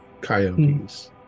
coyotes